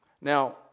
Now